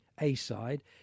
A-side